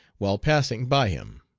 while passing by him.